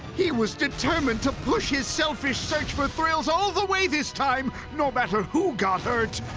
he was determined to push his selfish search for thrills all the way this time, no matter who got hurt.